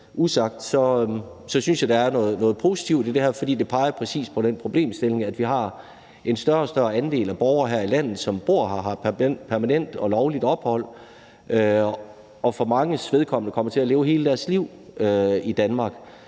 synes jeg, at der er noget positivt i det her, for det peger præcis på den problemstilling, at vi har en større og større andel af borgere her i landet, som bor her og har permanent og lovligt ophold, og som for manges vedkommende kommer til at leve hele deres liv i Danmark.